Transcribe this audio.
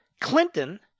Clinton